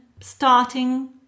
starting